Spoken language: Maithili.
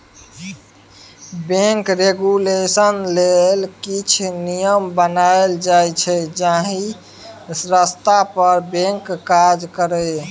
बैंक रेगुलेशन लेल किछ नियम बनाएल जाइ छै जाहि रस्ता पर बैंक काज करय